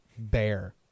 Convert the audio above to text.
bear